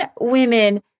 women